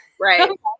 Right